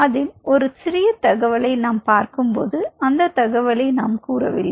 அதில் ஒரு சிறிய தகவலை நாம் பார்க்கும்போது அந்த தகவலை கூறவில்லை